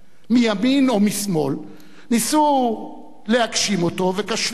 מימין ומשמאל, ניסו להגשים אותו וכשלו,